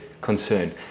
concern